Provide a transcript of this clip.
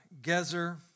Gezer